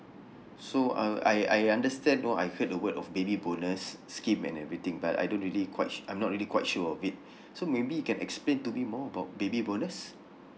so uh I I understand no I heard the word of baby bonus scheme and everything but I don't really quite I'm not really quite sure of it so maybe you can explain to me more about baby bonus